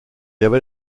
avait